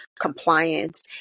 compliance